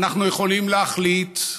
אנחנו יכולים להחליט,